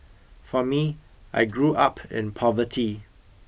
for me I grew up in poverty